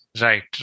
Right